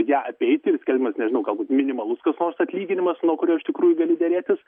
ją apeiti ir skelbimas nežinau galbūt minimalus koks nors atlyginimas nuo kurio iš tikrųjų gali derėtis